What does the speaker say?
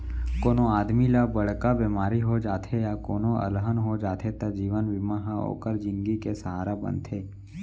कोनों आदमी ल बड़का बेमारी हो जाथे या कोनों अलहन हो जाथे त जीवन बीमा ह ओकर जिनगी के सहारा बनथे